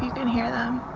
can hear them.